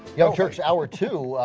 young turks, hour two.